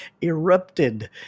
erupted